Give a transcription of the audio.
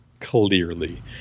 clearly